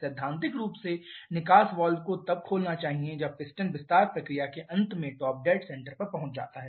सैद्धांतिक रूप से निकास वाल्व को तब खोलना चाहिए जब पिस्टन विस्तार प्रक्रिया के अंत में टॉप डेड सेंटर पर पहुंच जाता है